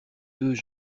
deux